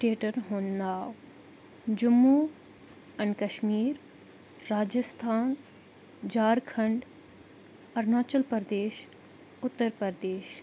سٹیٹن ہنٛد ناو جموں اینڈ کشمیر راجستان جارکھنڈ اروناچل پردیش اُتر پردیش